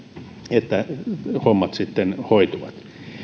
että hommat sitten hoituvat